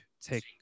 take